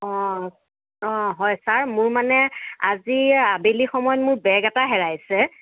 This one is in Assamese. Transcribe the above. অঁ অঁ হয় ছাৰ মোৰ মানে আজি আবেলি সময়ত মোৰ বেগ এটা হেৰাইছে